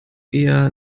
eher